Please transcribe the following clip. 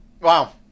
wow